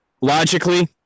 logically